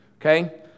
okay